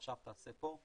עכשיו תעשה פה,